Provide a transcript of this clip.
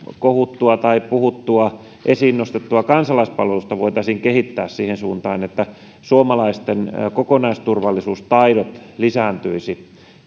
kohuttua tai puhuttua esiin nostettua kansalaispalvelusta voitaisiin kehittää siihen suuntaan että suomalaisten kokonaisturvallisuustaidot lisääntyisivät